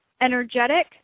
energetic